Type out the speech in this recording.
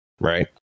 right